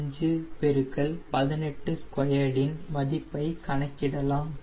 6875 182 இன் மதிப்பை கணக்கிடலாம்